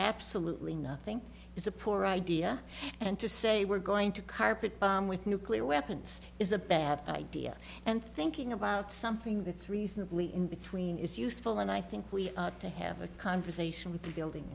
absolutely nothing is a poor idea and to say we're going to carpet bomb with nuclear weapons is a bad idea and thinking about something that's reasonably in between is useful and i think we ought to have a conversation with the building